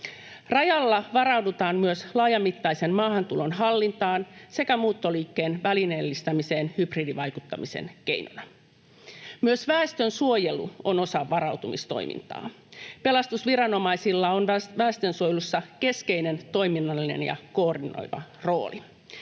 Rajalla varaudutaan myös laajamittaisen maahantulon hallintaan sekä muuttoliikkeen välineellistämiseen hybridivaikuttamisen keinona. Myös väestönsuojelu on osa varautumistoimintaa. Pelastusviranomaisilla on väestönsuojelussa keskeinen toiminnallinen ja koordinoiva rooli.